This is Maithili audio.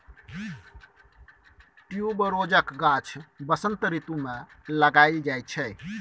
ट्युबरोजक गाछ बसंत रितु मे लगाएल जाइ छै